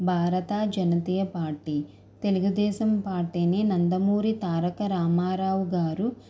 భారత జాతీయ పార్టీ తెలుగుదేశం పార్టీని నందమూరి తారకరామారావుగారు